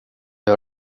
har